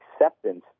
acceptance